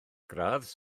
gradd